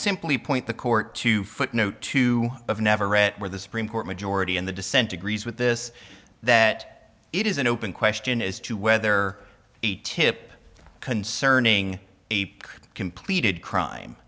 simply point the court to footnote two of never read where the supreme court majority in the dissent agrees with this that it is an open question as to whether a tip concerning a completed crime